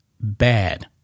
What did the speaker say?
bad